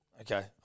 Okay